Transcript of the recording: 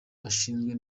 ashinzwe